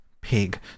Pig